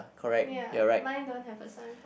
ya mine don't have a signboard